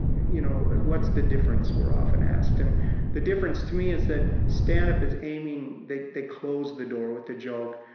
you know what's the difference? we're often asked. and the difference to me is that stand-up is aiming they they close the door with a joke.